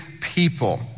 people